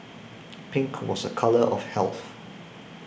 pink was a colour of health